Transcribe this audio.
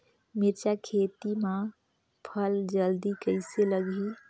मिरचा खेती मां फल जल्दी कइसे लगही?